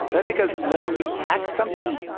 that's because when you tax something,